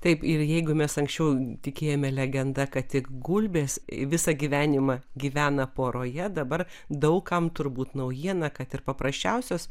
taip ir jeigu mes anksčiau tikėjome legenda kad tik gulbės visą gyvenimą gyvena poroje dabar daug kam turbūt naujiena kad ir paprasčiausios